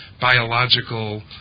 biological